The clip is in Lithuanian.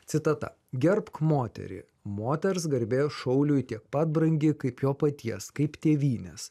citata gerbk moterį moters garbė šauliui tiek pat brangi kaip jo paties kaip tėvynės